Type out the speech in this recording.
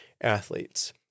athletes